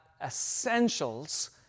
essentials